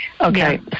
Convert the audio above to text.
Okay